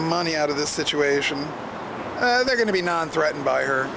money out of the situation they're going to be not threatened by her